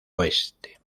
oeste